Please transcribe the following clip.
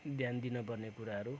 ध्यान दिन पर्ने कुराहरू